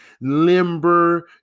limber